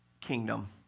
kingdom